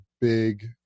big